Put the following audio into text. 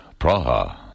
Praha